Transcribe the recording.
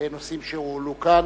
נושאים שהועלו כאן.